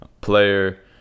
player